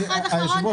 היושב ראש,